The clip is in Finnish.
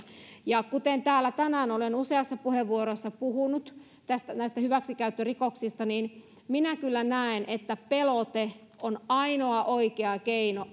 kuten täällä tänään olen useassa puheenvuorossani puhunut näistä hyväksikäyttörikoksista minä kyllä näen että pelote on ainoa oikea keino